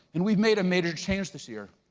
and we've made a major change this year.